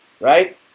Right